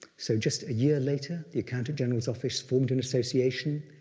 so just a year later, the accountant general's office, formed an association,